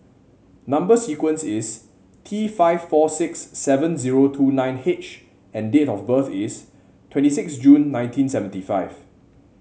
number sequence is T five four six seven zero two nine H and date of birth is twenty six June nineteen seventy five